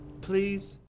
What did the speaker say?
please